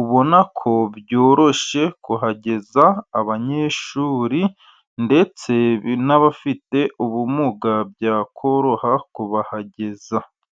ubona ko byoroshye kuhageza abanyeshuri, ndetse n'abafite ubumuga byakoroha kubahageza.